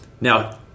Now